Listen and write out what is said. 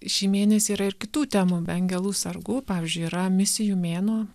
šį mėnesį yra ir kitų temų be angelų sargų pavyzdžiui yra misijų mėnuo